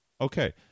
Okay